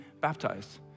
baptized